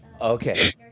Okay